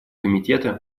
комитета